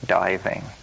diving